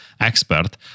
expert